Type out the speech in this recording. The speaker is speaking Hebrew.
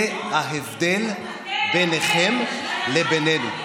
זה ההבדל ביניכם לבינינו.